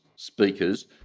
Speakers